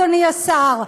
אדוני השר.